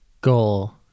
goal